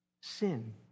Sin